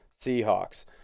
Seahawks